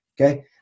Okay